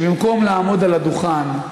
שבמקום לעמוד על הדוכן,